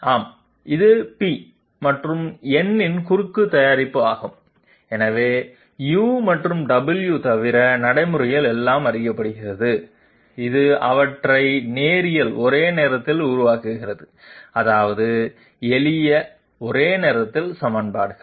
ஆமாம் இது p மற்றும் n இன் குறுக்கு தயாரிப்பு ஆகும் எனவே u மற்றும் w தவிர நடைமுறையில் எல்லாம் அறியப்படுகிறது இது அவற்றை நேரியல் ஒரே நேரத்தில் உருவாக்குகிறது அதாவது எளிய ஒரே நேரத்தில் சமன்பாடுகள்